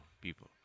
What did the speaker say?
people